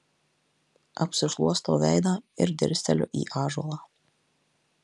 apsišluostau veidą ir dirsteliu į ąžuolą